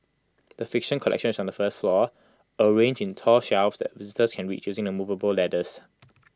the fiction collection is on the first floor arranged in tall shelves that visitors can reach using the movable ladders